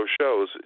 shows